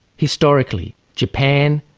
historically japan,